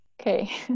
Okay